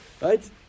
right